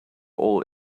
all